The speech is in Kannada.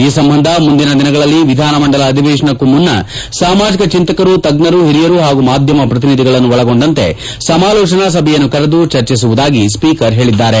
ಈ ಸಂಬಂಧ ಮುಂದಿನ ದಿನಗಳಲ್ಲಿ ವಿಧಾನಮಂಡಲ ಅಧಿವೇಶನಕ್ಕೂ ಮುನ್ನ ಸಾಮಾಜಿಕ ಚಿಂತಕರು ತಜ್ವರು ಹಿರಿಯರು ಹಾಗೂ ಮಾಧ್ಯಮ ಪ್ರತಿನಿಧಿಗಳನ್ನು ಒಳಗೊಂಡಂತೆ ಸಮಾಲೋಚನಾ ಸಭೆಯನ್ನು ಕರೆದು ಚರ್ಚಿಸುವುದಾಗಿ ಸ್ವೀಕರ್ ಹೇಳದ್ದಾರೆ